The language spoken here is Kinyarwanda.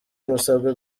musabwa